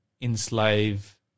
enslave